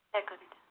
Second